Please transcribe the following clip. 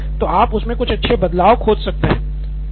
यदि है तो आप उसमें कुछ अच्छे बदलाव खोज सकते हैं